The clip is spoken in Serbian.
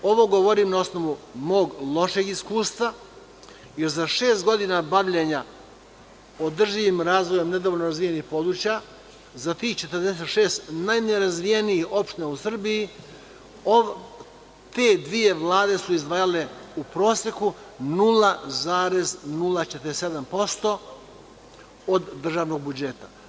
Ovo govorim na osnovu mog lošeg iskustva, jer za šest godina bavljenja održivim razvojem nedovoljno razvijenih područja, za tih 46 najnerazvijenih opština u Srbiji, te dve Vlade su izdvajale u proseku 0,047% od državnog budžeta.